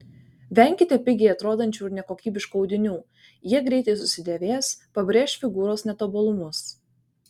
venkite pigiai atrodančių ir nekokybiškų audinių jie greitai susidėvės pabrėš figūros netobulumus